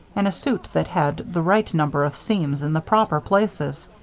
and a suit that had the right number of seams in the proper places.